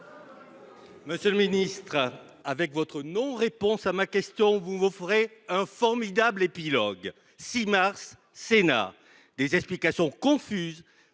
Monsieur le ministre, votre non réponse à ma question m’offre un formidable épilogue. 6 mars, Sénat : des explications confuses,